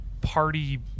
party